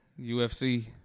UFC